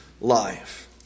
life